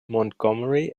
montgomery